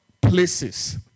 places